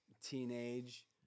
teenage